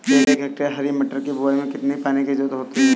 एक हेक्टेयर हरी मटर की बुवाई में कितनी पानी की ज़रुरत होती है?